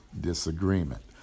disagreement